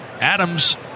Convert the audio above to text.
Adams